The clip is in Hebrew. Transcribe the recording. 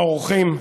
האורחים,